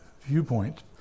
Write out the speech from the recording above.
viewpoint